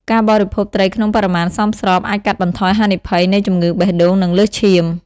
ការបរិភោគត្រីក្នុងបរិមាណសមស្របអាចកាត់បន្ថយ ហានិភ័យ នៃជំងឺបេះដូង និងលើសឈាម។